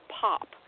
pop